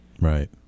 Right